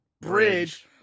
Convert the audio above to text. Bridge